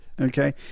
okay